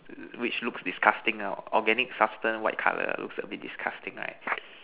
which looks disgusting organic substance white color looks a bit disgusting right